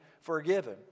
forgiven